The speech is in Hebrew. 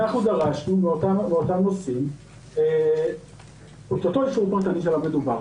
דרשנו מאותם נוסעים את אותו אישור פרטני שעליו מדובר.